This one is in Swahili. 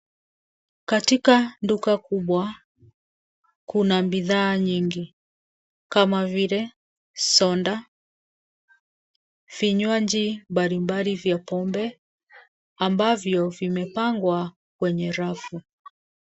Katika duka kubwa, kuna bidhaa nyingi kama vile: soda, vinywaji mbalimbali vya pombe ambavyo vimepangwa kwenye rafu.